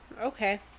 okay